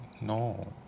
No